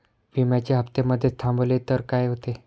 विम्याचे हफ्ते मधेच थांबवले तर काय होते?